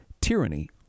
tyranny